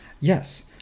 Yes